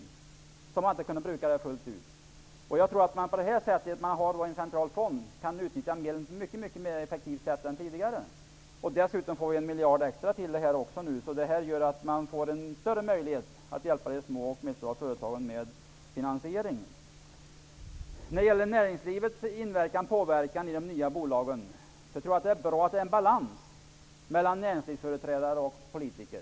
Genom att man har pengarna i en central fond tror jag man kan utnyttja dem mycket mera effektivt än tidigare. Dessutom får man nu en miljard extra. Man får alltså större möjligheter att hjälpa de små och medelstora företagen med finansieringen. När det gäller näringlivets påverkan i de nya bolagen tror jag det är bra med en balans mellan näringslivsföreträdare och politiker.